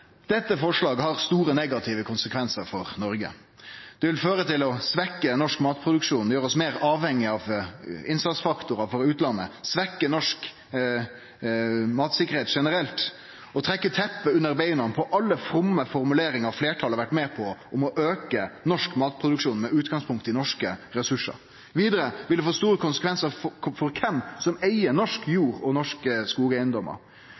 Dette forslaget har store negative konsekvensar for Noreg. Det vil føre til svekt norsk matproduksjon og gjere oss meir avhengige av innsatsfaktorar frå utlandet, svekkje norsk matsikkerheit generelt og trekkje teppet unna beina på alle fromme formuleringar fleirtalet har vore med på om å auke norsk matproduksjon med utgangspunkt i norske ressursar. Vidare vil det få store konsekvensar for kven som eig norsk jord og norske skogeigedomar.